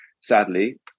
sadly